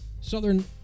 Southern